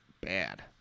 bad